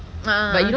a'ah